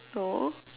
no